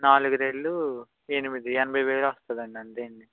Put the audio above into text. నాలుగు రెండ్లు ఎనిమిది ఎనభై వేలు వస్తుంది అండి అంతే అండి